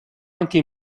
anche